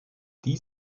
die